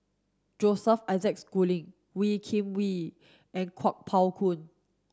Joseph Isaac Schooling Wee Kim Wee and Kuo Pao Kun